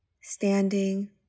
standing